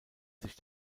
sich